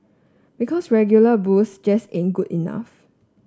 because regular booze just in good enough